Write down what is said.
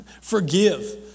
Forgive